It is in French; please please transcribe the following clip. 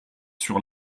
sur